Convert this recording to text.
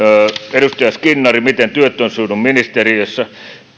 edustaja skinnari miten työt ovat sujuneet ministeriössä hyvin